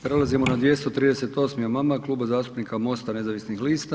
Prelazimo na 238. amandman Kluba zastupnika MOST-a nezavisnih lista.